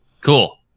Cool